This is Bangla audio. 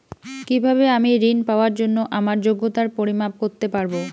কিভাবে আমি ঋন পাওয়ার জন্য আমার যোগ্যতার পরিমাপ করতে পারব?